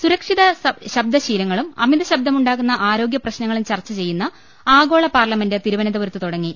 സുരക്ഷിത ശബ്ദശീലങ്ങളും അമിതശബ്ദമുണ്ടാകുന്ന ആരോ ഗ്യപ്രശ്നങ്ങളും ചർച്ച ചെയ്യുന്ന ആഗോള പാർലമെന്റ് തിരുവന ന്തപുരത്ത് തുടങ്ങി